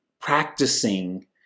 practicing